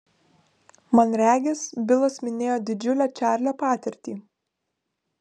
man regis bilas minėjo didžiulę čarlio patirtį